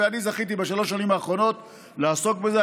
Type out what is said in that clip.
ואני זכיתי בשלוש השנים האחרונות לעסוק בזה,